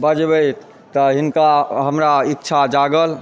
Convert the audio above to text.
बजबति तऽ हिनका हमरा इच्छा जागल